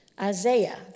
Isaiah